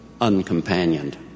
uncompanioned